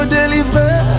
deliver